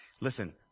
Listen